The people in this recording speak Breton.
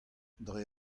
dre